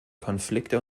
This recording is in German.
konflikte